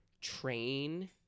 train